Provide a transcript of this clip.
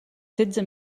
setze